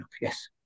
yes